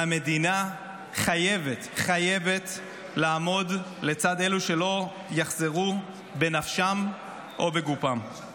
והמדינה חייבת לעמוד לצד אלו שלא יחזרו בנפשם או בגופם.